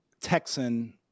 Texan